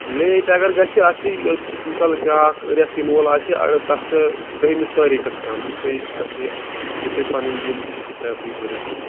late اگر گژھِ اَتھ چھِ أسۍ مِثال بیٛاکھ رٮ۪تھ یِنہٕ وول آسہِ اگر تَتھ دٔہِمِس تٲریٖخس تام تُہۍ یہِ ہسا یہِ ہیٚکِو تُہۍ پَنٕنۍ یہِ حظ یہِ بِل بٔرِتھ حظ